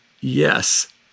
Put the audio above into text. yes